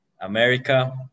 America